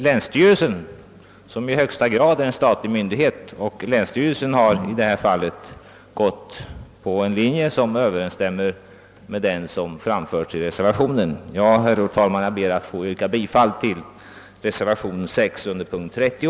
Länsstyrelsen — i högsta grad en statlig mydighet — har i det här fallet anslutit sig till en uppfattning som överensstämmer med den som framförts i reservationen. Herr talman! Jag ber att få yrka bifall till reservationen 6 vid punkten 30.